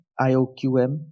IOQM